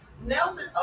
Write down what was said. Nelson